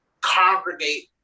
congregate